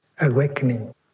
awakening